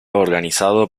organizado